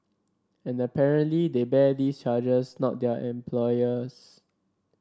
and apparently they bear these charges not their employers